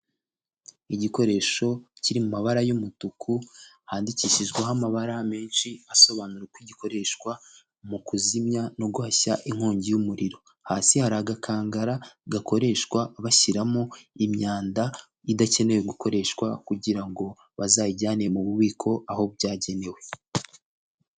Igikoresho kiri mu mabara y'umutuku handikishijweho amabara menshi asobanura uko gikoreshwa mu kuzimya no guhashya inkongi y'umuriro, hasi hari agakangara gakoreshwa bashyiramo imyanda idakeneyewe gukoreshwa kugirango bazayijyane mu bubiko aho byagenewe.